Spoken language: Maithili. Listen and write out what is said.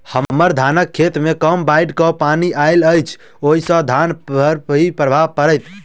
हम्मर धानक खेत मे कमे बाढ़ केँ पानि आइल अछि, ओय सँ धान पर की प्रभाव पड़तै?